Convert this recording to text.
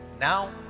Now